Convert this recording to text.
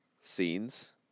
scenes